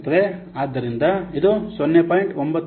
10 to the power 1ಗೆ ಸಮನಾಗಿರುತ್ತದೆ